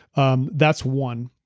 um that's one,